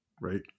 right